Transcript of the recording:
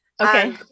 Okay